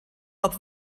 hop